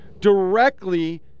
directly